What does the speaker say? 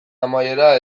amaiera